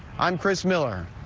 i'm chris miller.